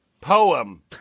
Poem